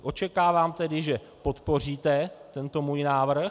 Očekávám tedy, že podpoříte tento můj návrh.